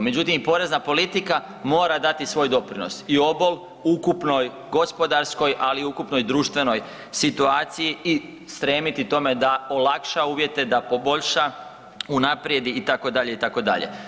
Međutim i porezna politika mora dati svoj doprinos i obol ukupnoj gospodarskoj, ali i ukupnoj društvenoj situaciji i stremiti tome da olakša uvjete, da poboljša unaprijed itd., itd.